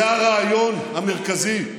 זה הרעיון המרכזי,